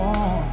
on